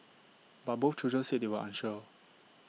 but both children said they were unsure